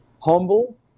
humble